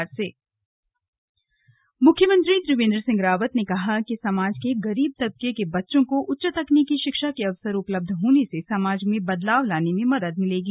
slug आदर्श विद्यालय मुख्यमंत्री त्रिवेंद्र सिंह रावत ने कहा कि समाज के गरीब तबके के बच्चों को उच्च तकनीकी शिक्षा के अवसर उपलब्ध होने से समाज में बदलाव लाने में मदद मिलेगी